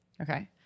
Okay